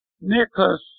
Nicholas